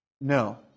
No